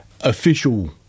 official